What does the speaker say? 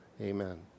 Amen